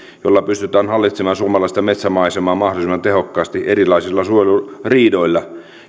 millä pystytään hallitsemaan suomalaista metsämaisemaa mahdollisimman tehokkaasti erilaisilla suojeluriidoilla